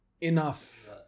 enough